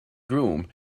groom